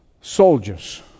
soldiers